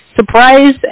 surprised